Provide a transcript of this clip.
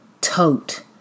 tote